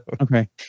Okay